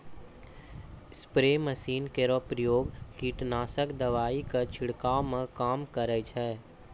spray machine केरो प्रयोग कीटनाशक दवाई क छिड़कावै म काम करै छै